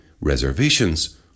reservations